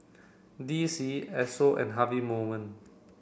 D C Esso and Harvey Norman